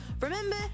remember